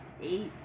eight